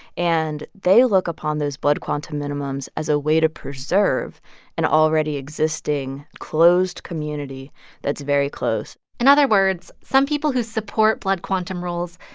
and they look upon those blood quantum minimums as a way to preserve an already existing, closed community that's very close in other words, some people who support blood quantum rules,